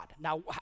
Now